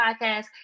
Podcast